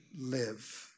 live